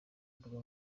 mbuga